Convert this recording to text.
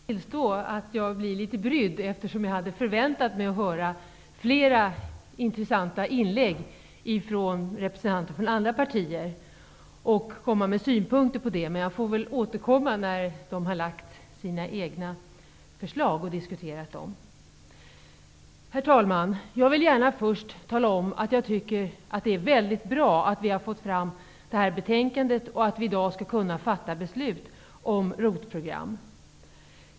Herr talman! Jag skall villigt tillstå att jag blir litet brydd eftersom jag hade förväntat mig att höra flera intressanta inlägg från representanter från andra partier, och komma med synpunkter på dem. Men jag får väl återkomma när de har framfört sina egna förslag. Herr talman! Jag vill gärna först tala om att jag tycker att det är väldigt bra att vi har fått fram det här betänkandet och att vi i dag skall kunna fatta beslut om ROT-program.